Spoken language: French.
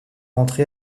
rentré